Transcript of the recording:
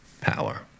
power